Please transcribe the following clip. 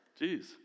Jeez